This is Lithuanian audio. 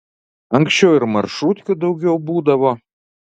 anksčiau ir maršrutkių daugiau būdavo